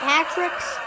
Patrick's